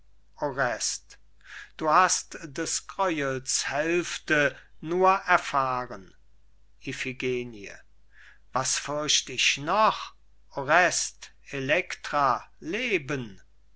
du hast des gräuels hälfte nur erfahren iphigenie was fürcht ich noch orest elektra leben